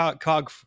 cog